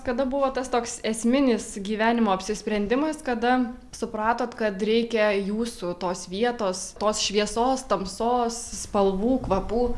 kada buvo tas toks esminis gyvenimo apsisprendimas kada supratot kad reikia jūsų tos vietos tos šviesos tamsos spalvų kvapų